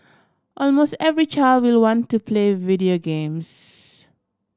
almost every child will want to play video games